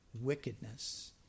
wickedness